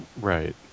Right